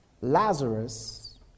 Lazarus